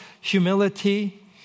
humility